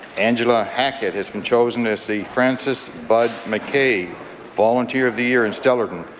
angela hackett has been chosen as the francis bud mackay volunteer of the year in stellarton.